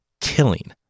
Killing